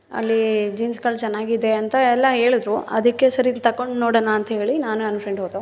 ಅಲ್ಲಿ ಜೀನ್ಸ್ಗಳು ಚೆನ್ನಾಗಿದೆ ಅಂತ ಎಲ್ಲ ಹೇಳಿದ್ರು ಅದಕ್ಕೆ ಸರಿ ತೊಗೊಂಡು ನೋಡೋಣ ಅಂತ ಹೇಳಿ ನಾನು ನನ್ನ ಫ್ರೆಂಡ್ ಹೋದ್ವಿ